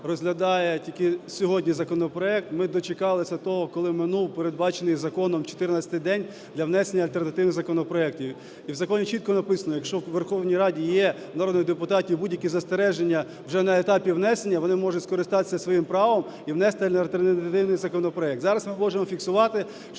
розглядає тільки сьогодні законопроект. Ми дочекалися того, коли минув передбачений законом 14-й день для внесення альтернативних законопроектів. І в законі чітко написано: якщо у Верховній Раді є, у народних депутатів, будь-які застереження вже на етапі внесення, вони можуть скористуватися своїм правом і внести альтернативний законопроект. Зараз ми можемо фіксувати, що